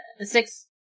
six